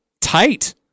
tight